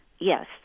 Yes